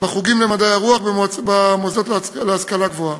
בחוגים למדעי הרוח במוסדות להשכלה גבוהה.